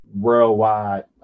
worldwide –